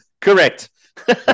correct